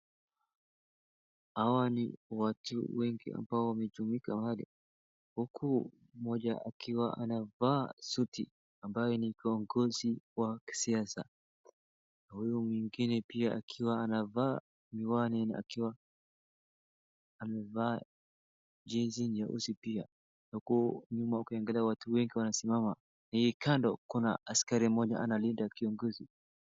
Hawa mi watu wengi ambao wamejumika huku mmoja anavaa suti ambaye ni kiongozi wa kisiasa huyu mwingine pia akiwa amevaa miwani akiwa amevaa jezi nyeusi pia na huko nyuma ukiangalia watu wengi wanasimama, kando kuna askari mmoja analinda kiongozi.